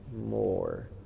more